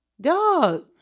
dog